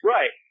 Right